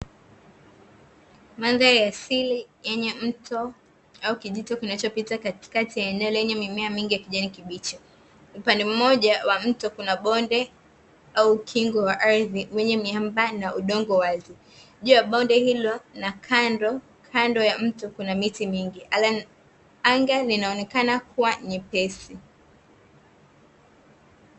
Mandhari asili yenye mto au kijito, kinachopita katikati ya eneo lenye mimea mingi ya kijani kibichi. Upande mmoja wa mto kuna bonde au ukingo wa ardhi wenye miamba na udongo wazi. Juu ya bonde hilo na kando kando ya mto kuna miti mingi. Anga linaonekana kuwa nyepesi.